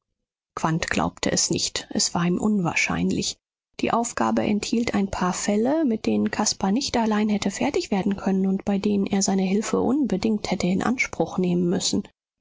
glaubte es nicht es war ihm unwahrscheinlich die aufgabe enthielt ein paar fälle mit denen caspar nicht allein hätte fertig werden können und bei denen er seine hilfe unbedingt hätte in anspruch nehmen müssen